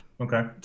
Okay